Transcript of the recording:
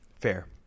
Fair